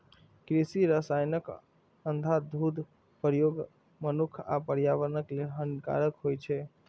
कृषि रसायनक अंधाधुंध प्रयोग मनुक्ख आ पर्यावरण लेल हानिकारक होइ छै